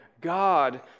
God